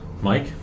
Mike